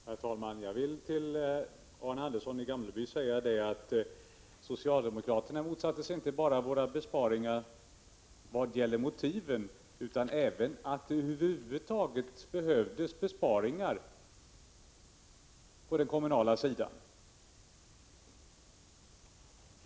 Herr talman! Jag vill till Arne Andersson i Gamleby säga att socialdemokraterna motsatte sig inte bara våra besparingar vad gäller motiven, utan de bestred även att det över huvud taget behövdes besparingar på den kommunala sidan.